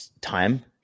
time